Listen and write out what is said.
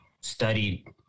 studied